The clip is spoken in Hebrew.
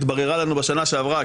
התבררה לנו בשנה שעברה,